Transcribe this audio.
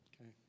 Okay